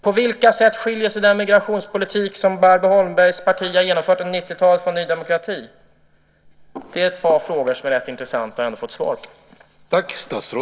På vilka sätt skiljer sig den migrationspolitik som Barbro Holmbergs parti har genomfört under 90-talet från Ny demokratis? Det är ett par frågor som det är rätt intressant att få svar på.